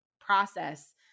process